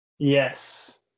Yes